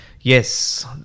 yes